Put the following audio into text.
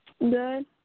Good